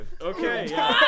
Okay